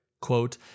Quote